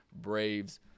Braves